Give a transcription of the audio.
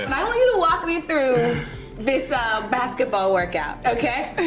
um i want you to walk me through this ah basketball workout. ok?